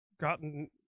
gotten